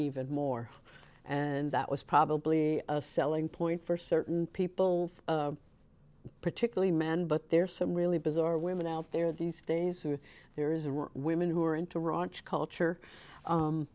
even more and that was probably a selling point for certain people particularly men but there are some really bizarre women out there these days who there is a women who are into raunch culture